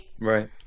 Right